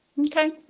Okay